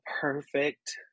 perfect